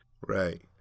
Right